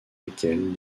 lesquelles